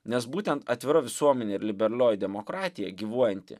nes būtent atvira visuomenė ir liberalioji demokratija gyvuojanti